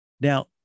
Now